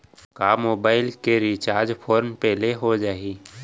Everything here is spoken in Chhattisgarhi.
का मोबाइल के रिचार्ज फोन पे ले हो जाही?